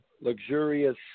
luxurious